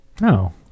No